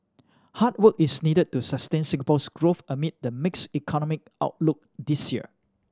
hard work is needed to sustain Singapore's growth amid the mixed economic outlook this year